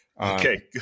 Okay